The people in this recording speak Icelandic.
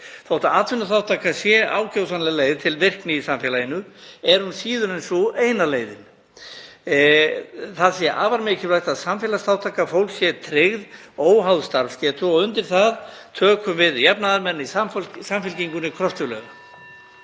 Þótt atvinnuþátttaka sé ákjósanleg leið til virkni í samfélaginu sé hún síður en svo eina leiðin. Það sé afar mikilvægt að samfélagsþátttaka fólks sé tryggð óháð starfsgetu, og undir það tökum við jafnaðarmenn í Samfylkingunni kröftuglega.